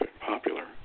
popular